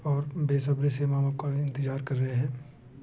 और बेसब्री से हम आपका इंतज़ार कर रहे हैं